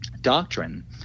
doctrine